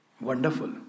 wonderful